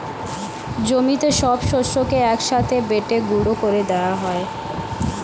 জমিতে সব শস্যকে এক সাথে বেটে গুঁড়ো করে দেওয়া হয়